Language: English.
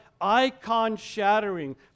icon-shattering